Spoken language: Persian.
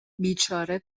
بیچاره